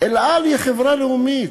"אל על" היא חברה לאומית,